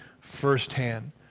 firsthand